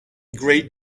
great